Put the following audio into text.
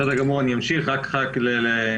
ברמה העקרונית הדברים יותר ברורים מאשר בשלב